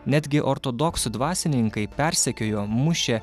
netgi ortodoksų dvasininkai persekiojo mušė